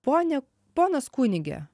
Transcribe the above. pone ponas kunige